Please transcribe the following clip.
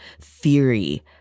theory